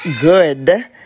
good